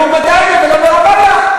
כשלים חמורים בנוגע לקיומו של הדוח.